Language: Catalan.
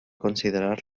considerar